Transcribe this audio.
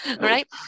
right